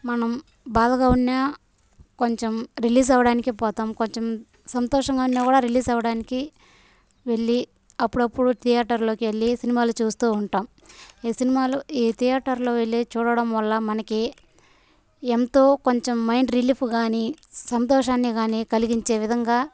మనం బాధగా ఉన్నా కొంచెం రిలీజ్ అవ్వడానికి పోతాం కొంచెం సంతోషంగా ఉన్నా కూడా రిలీజ్ అవ్వడానికి వెళ్ళి అప్పుడప్పుడు థియేటర్లోకెళ్ళి సినిమాలు చూస్తూ ఉంటాం ఈ సినిమాలో ఈ థియేటర్లో వెళ్ళి చూడడం వల్ల మనకి ఎంతో కొంచం మైండ్ రిలీఫ్ గానీ సంతోషాన్ని గానీ కలిగించే విధంగా